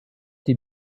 die